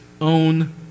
own